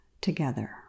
together